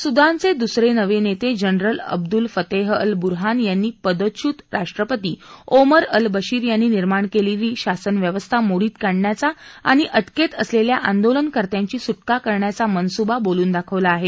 सुदानचे दुसरे नवे नेते general Abdel Fattah al Burhan यांनी पदच्यूत राष्ट्रपती ओमर अल बशीर यांनी निर्माण केलेली शासन व्यवस्था मोडीत काढण्याचा आणि अटकेत असलेल्या आंदोलनकर्त्यांची सुटका करण्याचा मनसुबा बोलून दाखवला आहे